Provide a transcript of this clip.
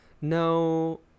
No